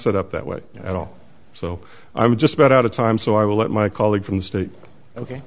set up that way at all so i'm just about out of time so i will let my colleague from